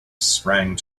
sprang